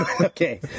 Okay